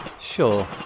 Sure